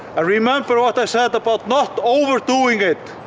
remember what i said about not overdoing it.